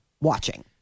watching